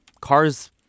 cars